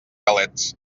galets